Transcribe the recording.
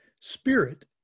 spirit